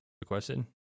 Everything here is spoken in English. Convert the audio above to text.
requested